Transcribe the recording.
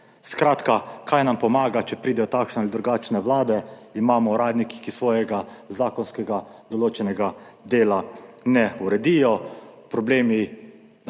Skratka, kaj nam pomaga, če pridejo takšne ali drugačne vlade, imamo uradnike, ki svojega zakonsko določenega dela ne uredijo.